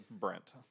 Brent